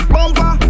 Bumper